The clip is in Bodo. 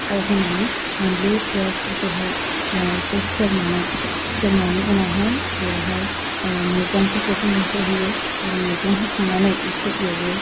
थाव होनानै बानलु पेयासफोरखौहाय एसे सेरनानै सेरनायनि उनावहाय बेवहाय मैगंफोरखौ होन होहोयो आरो मैगं होखांनानै एसे एवो